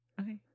Okay